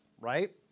right